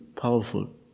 powerful